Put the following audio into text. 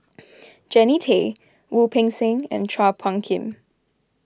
Jannie Tay Wu Peng Seng and Chua Phung Kim